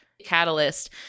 catalyst